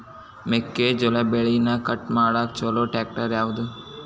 ಮೆಕ್ಕೆ ಜೋಳ ಬೆಳಿನ ಕಟ್ ಮಾಡಾಕ್ ಛಲೋ ಟ್ರ್ಯಾಕ್ಟರ್ ಯಾವ್ದು?